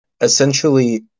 essentially